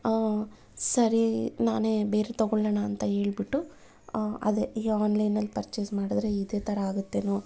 ಸರಿ ನಾನೇ ಬೇರೆ ತಗೊಳ್ಳೋಣ ಅಂತ ಹೇಳಿಬಿಟ್ಟು ಅದೇ ಈ ಆನ್ಲೈನಲ್ಲಿ ಪರ್ಚೆಸ್ ಮಾಡಿದ್ರೆ ಇದೇ ಥರ ಆಗತ್ತೇನೋ